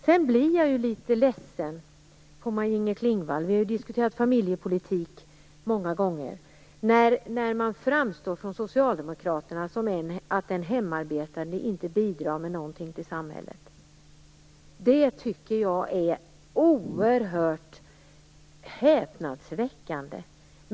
Jag blir litet ledsen på Maj-Inger Klingvall - vi har ju diskuterat familjepolitik många gånger - när socialdemokraterna framställer det som om en hemarbetande inte bidrar med någonting till samhället. Det tycker jag är häpnadsväckande!